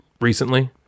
recently